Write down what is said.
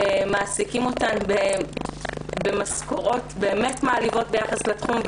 מעסיקים אותן במשכורות באמת מעליבות ביחס לתחום,